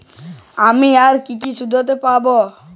আমি আর কি কি সুবিধা পাব?